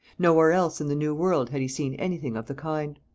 nowhere else in the new world had he seen anything of the kind.